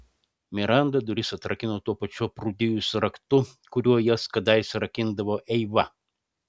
miranda duris atrakino tuo pačiu aprūdijusiu raktu kuriuo jas kadaise rakindavo eiva